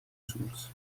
source